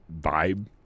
vibe